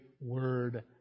word